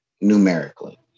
numerically